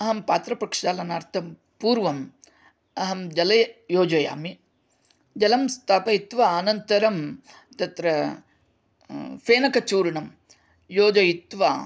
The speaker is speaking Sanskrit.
अहं पात्रप्रक्षालनार्थं पूर्वम् अहं जले योजयामि जलं स्थापयित्वा अनन्तरं तत्र फेनकचूर्णं योजयित्वा